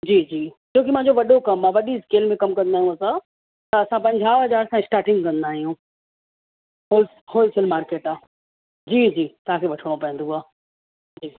जी जी छो की मुंहिंजो वॾो कमु आहे वॾी स्किल में कमु कंदा आहियूं असां त असां पंजाह हज़ार खां स्टार्टिंग कंदा आहियूं होल होलसेल मार्केट आहे जी जी तव्हांखे वठिणो पवंदुव